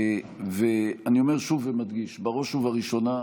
אני אומר שוב ומדגיש: בראש ובראשונה,